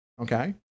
Okay